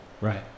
Right